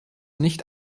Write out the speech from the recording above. nicht